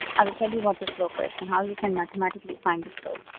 i will tell you want the slope is and how you can mathematically find the slope.